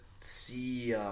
see